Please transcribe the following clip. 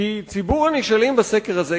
כי ציבור הנשאלים בסקר הזה,